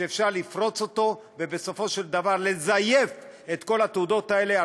שאפשר לפרוץ אותו ובסופו של דבר לזייף את כל התעודות האלה,